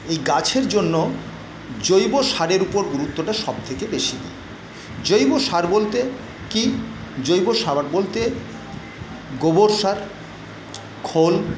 এই গাছের জন্য জৈব সারের উপর গুরুত্বটা সবথেকে বেশী দিই জৈব সার বলতে কি জৈব সার বলতে গোবর সার খোল